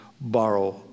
Borrow